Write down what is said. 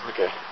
Okay